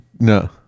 no